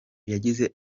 yagize